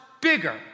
bigger